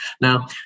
Now